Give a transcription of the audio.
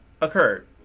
occurred